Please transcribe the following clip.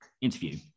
interview